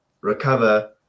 recover